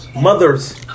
mothers